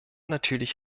natürlich